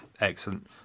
excellent